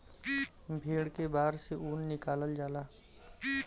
भेड़ के बार से ऊन निकालल जाला